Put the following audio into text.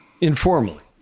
Informally